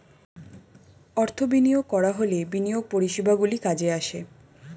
অর্থ বিনিয়োগ করা হলে বিনিয়োগ পরিষেবাগুলি কাজে আসে